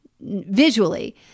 visually